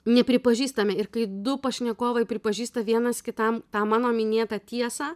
nepripažįstame ir kai du pašnekovai pripažįsta vienas kitam tą mano minėtą tiesą